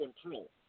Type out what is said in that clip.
control